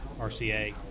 RCA